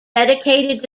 dedicated